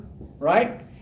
right